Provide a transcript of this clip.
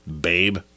babe